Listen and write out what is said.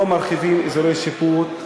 לא מרחיבים אזורי שיפוט.